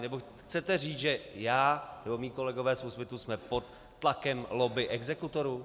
Nebo chcete říct, že já nebo mí kolegové z Úsvitu jsme pod tlakem lobby exekutorů?